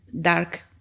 dark